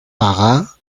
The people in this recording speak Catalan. pagà